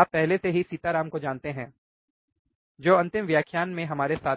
आप पहले से ही सीताराम को जानते हैं जो अंतिम व्याख्यान में हमारे साथ थे